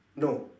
no